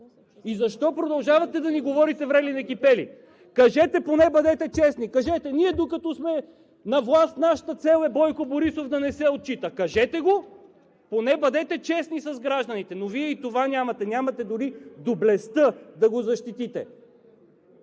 И защо продължавате да ни говорите врели-некипели? Поне бъдете честни и кажете: ние, докато сме на власт, нашата цел е Бойко Борисов да не се отчита! Кажете го! Поне бъдете честни с гражданите! Но Вие и това нямате, нямате дори доблестта да го защитите.